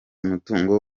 umutungo